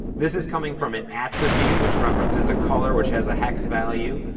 this is coming from an attribute, which references a color which has a hex value.